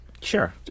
Sure